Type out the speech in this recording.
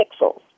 pixels